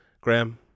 Graham